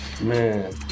man